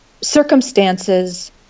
circumstances